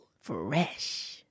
Fresh